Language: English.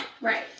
Right